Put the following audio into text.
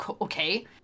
okay